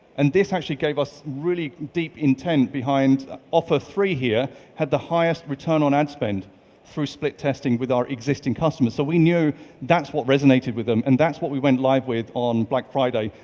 and this actually gave us really deep intent behind offer three here, had the highest return on ad spend through split testing with our existing customers. so we knew that's what resonated with them and that's what we went live with on black friday,